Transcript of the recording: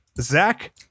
Zach